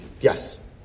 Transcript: Yes